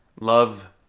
love